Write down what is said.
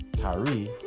Kyrie